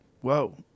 Whoa